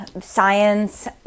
science